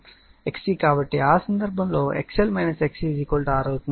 కాబట్టి ఆ సందర్భంలో XL XC R